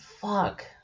fuck